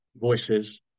voices